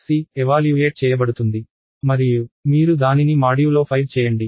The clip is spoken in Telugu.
కాబట్టి abc ఎవాల్యూయేట్ చేయబడుతుంది మరియు మీరు దానిని మాడ్యూలో 5 చేయండి